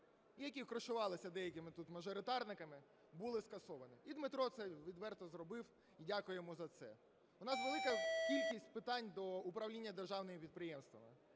які кришувалися деякими тут мажоритарниками, були скасовані. І Дмитро це відверто зробив. І дякуємо йому за це. У нас велика кількість питань до управління державними підприємствами.